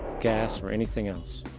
gas or anything else.